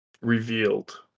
revealed